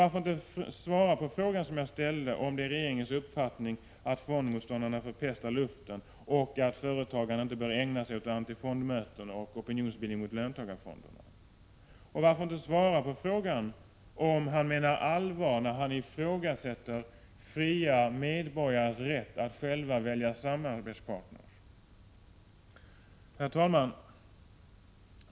Varför inte svara på den frågan jag ställde, om det är regeringens uppfattning att fondmotståndarna förpestar luften och att företagarna inte bör ägna sig åt antifondmöten och opinionsbildning mot löntagarfonderna? Varför inte svara på frågan om statsrådet menar allvar när han ifrågasätter fria medborgares rätt att själva välja samarbetspartner? Herr talman!